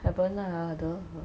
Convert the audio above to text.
haven't lah !duh!